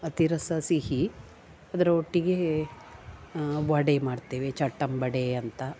ಅತಿರಸ ಸಿಹಿ ಅದರ ಒಟ್ಟಿಗೆ ವಡೆ ಮಾಡ್ತೇವೆ ಚಟ್ಟಂಬಡೆ ಅಂತ